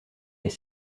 est